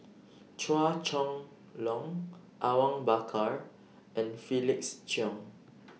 Chua Chong Long Awang Bakar and Felix Cheong